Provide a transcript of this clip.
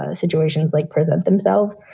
ah situations like present themselves.